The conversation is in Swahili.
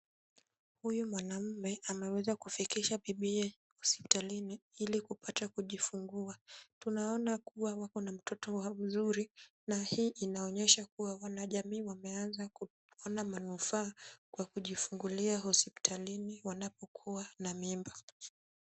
Huyu mwanaume ameweza kufikisha bibiye hospitalini ili kupata kujifungua. Tunaona kuwa wako na mtoto mzuri na hii inaonyesha kuwa wanajamii wameanza kuona manufaa kwa kujifungulia hospitalini wanapokuwa na mimba.